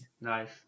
Nice